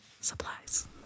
supplies